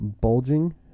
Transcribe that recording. bulging